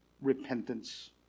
Repentance